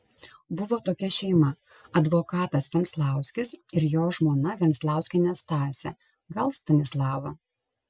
buvo tokia šeima advokatas venclauskis ir jo žmona venclauskienė stasė gal stanislava